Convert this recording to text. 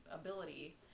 ability